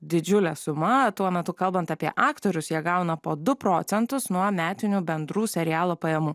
didžiulė suma tuo metu kalbant apie aktorius jie gauna po du procentus nuo metinių bendrų serialo pajamų